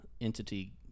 entity